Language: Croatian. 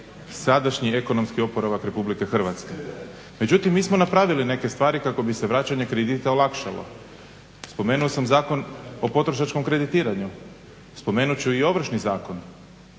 sadašnji ekonomski oporavak RH. Međutim mi smo napravili neke stvari kako bi se vraćanje kredita olakšalo. Spomenuo sam Zakon o potrošačkom kreditiranju, spomenut ću i Ovršni zakon